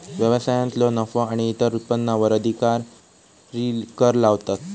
व्यवसायांतलो नफो आणि इतर उत्पन्नावर अधिकारी कर लावतात